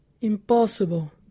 Impossible